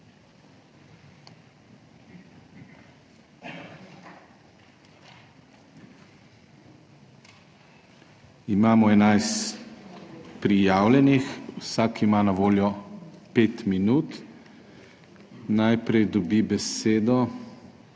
Imamo enajst prijavljenih, vsak ima na voljo 5 minut. Najprej dobi besedo